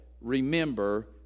remember